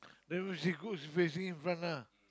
then when she cook she facing in front lah